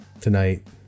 tonight